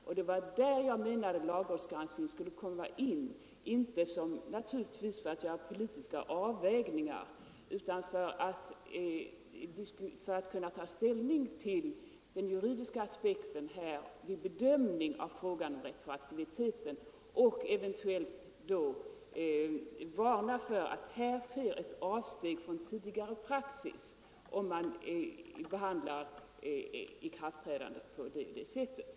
Och det var där jag menade att lagrådsgranskningen skulle komma in, naturligtvis inte för att lagrådet skulle göra politiska avvägningar utan för att kunna ta ställning till den juridiska aspekten vid bedömning av frågan om retroaktiviteten och då eventuellt varna för att här sker ett avsteg från tidigare praxis om man behandlar ikraftträdandet på det sättet.